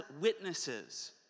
witnesses